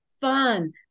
fun